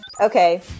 Okay